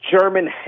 German